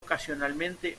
ocasionalmente